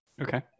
Okay